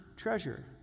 treasure